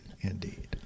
Indeed